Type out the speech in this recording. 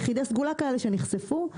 יחידי סגולה כאלה שנחשפו,